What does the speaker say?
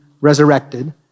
resurrected